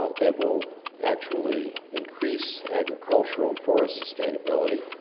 that will actually increase agricultural and forest sustainability,